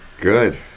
Good